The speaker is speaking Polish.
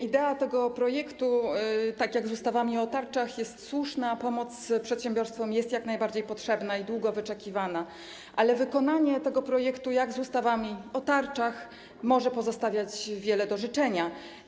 Idea tego projektu, tak jak w przypadku ustaw o tarczach, jest słuszna, pomoc przedsiębiorstwom jest jak najbardziej potrzebna i długo wyczekiwana, ale wykonanie tego projektu, jak w przypadku ustaw o tarczach, może pozostawiać wiele do życzenia.